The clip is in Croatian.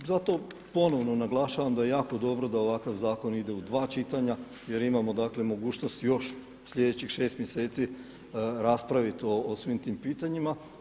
Zato ponovno naglašavam da je jako dobro da ovakav zakon ide u dva čitanja jer imamo mogućnost još sljedećih šest mjeseci raspraviti o svim tim pitanjima.